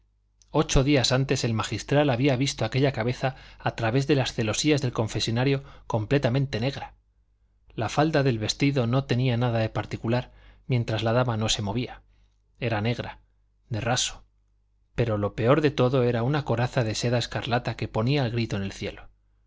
ocho días antes el magistral había visto aquella cabeza a través de las celosías del confesonario completamente negra la falda del vestido no tenía nada de particular mientras la dama no se movía era negra de raso pero lo peor de todo era una coraza de seda escarlata que ponía el grito en el cielo